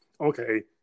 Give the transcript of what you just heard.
okay